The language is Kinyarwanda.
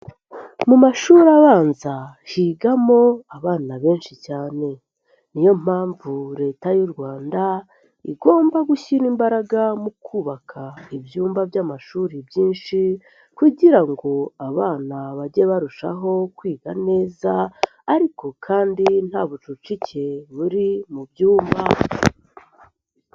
Mu mashuri abanza higamo abana benshi cyane, ni yo mpamvu Leta y'u Rwanda igomba gushyira imbaraga mu kubaka ibyumba by'amashuri byinshi kugira ngo abana bage barushaho kwiga neza ariko kandi nta bucucike buri mu byumba.